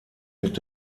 mit